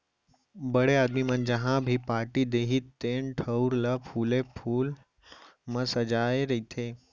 बड़े आदमी मन जहॉं भी पारटी देहीं तेन ठउर ल फूले फूल म सजाय रथें